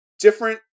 Different